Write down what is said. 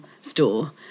store